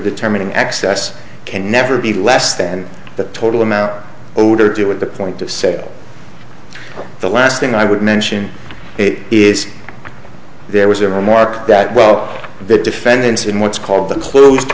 determining excess can never be less than the total amount owed or deal with the point of sale the last thing i would mention it is there was a remark that well the defendants in what's called the closed